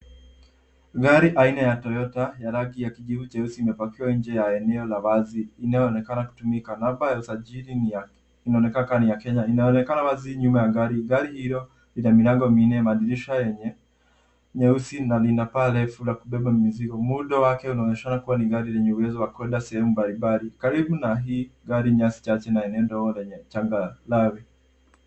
Gari aina ya toyota ya rangi ya kijivu cheusi imepakiwa nje ya eneo la wazi inayoonekana kutumika. Namba ya usajili inaonekana kuwa ni ya kenya. Inaonekana wazi nyuma ya gari. Gari hilo lina milango minne, madirisha yenye nyeusi na lina paa refu la kubeba mizigo. Muundo wake unaonyeshana kuwa ni gari lenye uwezo wa kuenda sehemu mbalimbali. Karibu na hii gari, nyasi chache na eneo ndogo lenye changarawe.